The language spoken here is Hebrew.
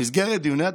במסגרת דיוני התקציב,